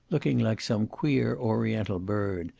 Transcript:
looking like some queer oriental bird,